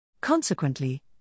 Consequently